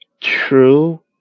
True